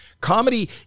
Comedy